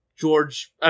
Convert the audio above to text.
George